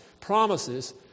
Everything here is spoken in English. promises